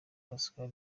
pascal